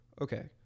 Okay